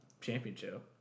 championship